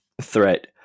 threat